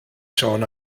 sôn